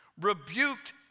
rebuked